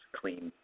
clean